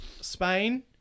Spain